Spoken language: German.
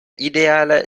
ideale